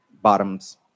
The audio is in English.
bottoms